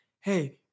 Hey